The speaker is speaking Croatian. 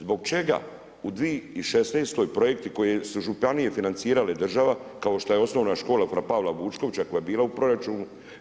Zbog čega u 2016. projekti koje su županije financirale država kao šta je Osnovna škola fra Pavla Vučkovića koja je bila u proračunu.